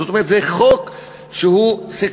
כלומר זה חוק סקטוריאלי,